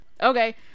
Okay